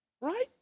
Right